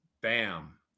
bam